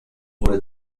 wurde